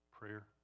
Prayer